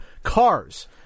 Cars